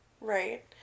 right